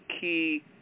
key